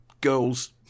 girl's